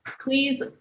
Please